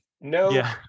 No